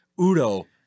Udo